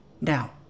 now